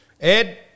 Ed